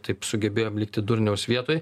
taip sugebėjom likti durniaus vietoj